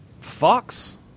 Fox